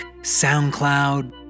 SoundCloud